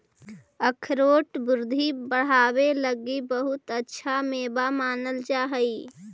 अखरोट बुद्धि बढ़ावे लगी बहुत अच्छा मेवा मानल जा हई